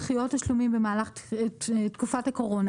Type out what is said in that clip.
למה אישרנו דחיות תשלומים במהלך תקופת הקורונה?